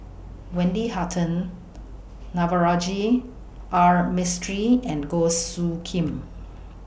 Wendy Hutton Navroji R Mistri and Goh Soo Khim